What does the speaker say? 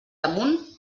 damunt